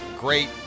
great